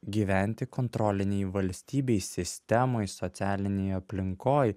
gyventi kontrolinėj valstybėj sistemoj socialinėj aplinkoj